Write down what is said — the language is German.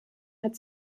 hat